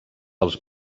els